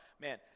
man